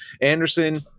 Anderson